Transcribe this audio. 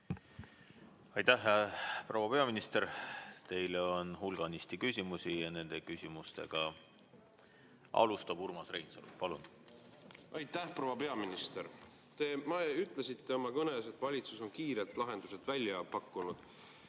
Aitäh, proua peaminister! Teile on hulganisti küsimusi ja nendega alustab Urmas Reinsalu. Palun! Aitäh! Proua peaminister! Te ütlesite oma kõnes, et valitsus on kiirelt lahendused välja pakkunud